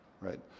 right